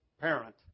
parent